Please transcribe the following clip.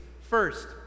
First